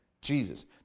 Jesus